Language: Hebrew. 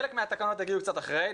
חלק מהתקנות הגיעו קצת אחרי.